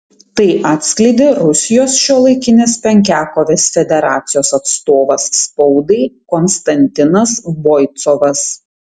tai atskleidė rusijos šiuolaikinės penkiakovės federacijos atstovas spaudai konstantinas boicovas